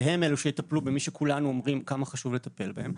והם אלה שיטפלו במי שכולנו אומרים כמה חשוב לטפל בהם.